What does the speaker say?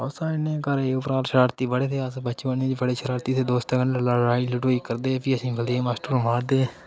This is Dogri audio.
साढ़े कन्नै कालेज शरारती बड़े हे अस बचपन च बी बड़े शरारती हे दोस्तें कन्नै लड़ाई लड़ूई करदे भी असें ई बलदेव मास्टर होर मारदे हे